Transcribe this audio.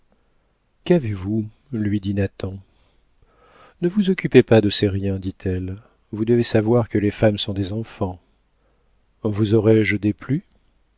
qu'avez-vous lui dit nathan ne vous occupez pas de ces riens dit-elle vous devez savoir que les femmes sont des enfants vous aurais-je déplu